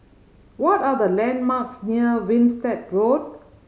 what are the landmarks near Winstedt Road